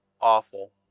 awful